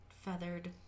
feathered